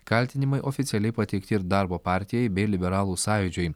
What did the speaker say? kaltinimai oficialiai pateikti ir darbo partijai bei liberalų sąjūdžiui